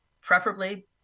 preferably